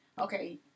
okay